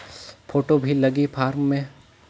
Photo भी लगी form मे?